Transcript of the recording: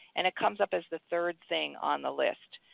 and it comes up as the third thing on the list.